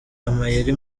amayeri